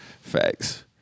Facts